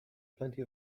plenty